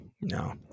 No